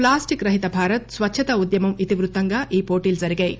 plastic రహిత భారత్ స్వచ్చత ఉద్యమం ఇతివృత్తంగా ఈ పోటీలు జరిగాయి